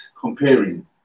comparing